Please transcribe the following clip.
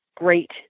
great